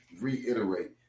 reiterate